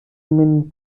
min